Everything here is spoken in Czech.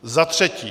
Za třetí.